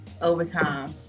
overtime